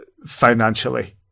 Financially